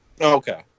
Okay